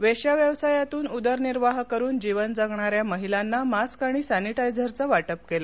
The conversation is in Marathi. वेश्या व्यवसायातून उदरनिर्वाह करून जीवन जगणाऱ्या महिलांना मास्क आणि सॅनीटायझरचं वाटप केलं